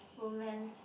bromance